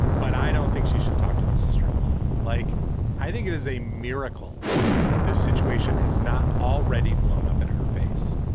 but i don't think she should talk to the sister in law, like i think it is a miracle that this situation has not already blown up in her face,